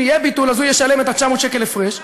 יהיה ביטול הוא ישלם את ה-900 שקל הפרש,